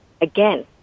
again